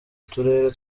turere